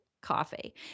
coffee